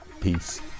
Peace